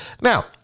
now